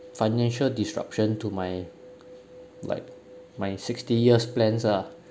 financial disruption to my like my sixty years plans ah